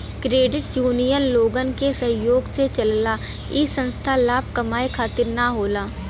credit union लोगन के सहयोग से चलला इ संस्था लाभ कमाये खातिर न होला